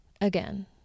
again